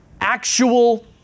actual